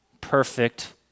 perfect